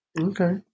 okay